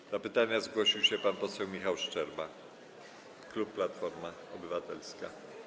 Do zadania pytania zgłosił się pan poseł Michał Szczerba, klub Platforma Obywatelska.